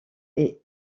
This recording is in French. est